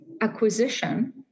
acquisition